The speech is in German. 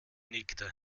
nickte